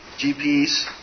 GPs